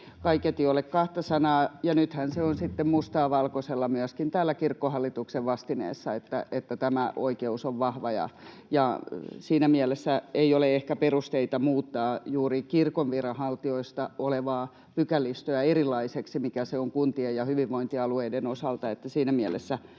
kaiketi ole kahta sanaa. Nythän se on sitten mustaa valkoisella myöskin täällä Kirkkohallituksen vastineessa, että tämä oikeus on vahva, ja siinä mielessä ei ole ehkä perusteita muuttaa juuri kirkon viranhaltijoista olevaa pykälistöä erilaiseksi kuin mikä se on kuntien ja hyvinvointialueiden osalta.